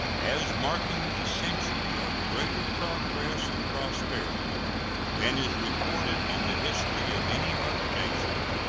as marking a century of greater progress and prosperity than is recorded in the history of any other nation,